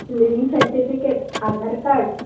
leaving certificate Aadhaar card